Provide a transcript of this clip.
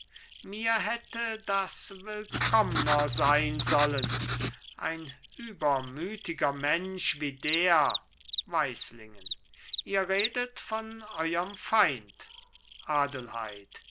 mir hätte das willkommner sein sollen ein übermütiger mensch wie der weislingen ihr redet von euerm feind adelheid